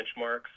benchmarks